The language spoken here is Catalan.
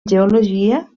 geologia